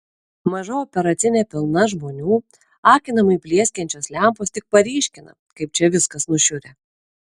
maža operacinė pilna žmonių akinamai plieskiančios lempos tik paryškina kaip čia viskas nušiurę